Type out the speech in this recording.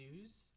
news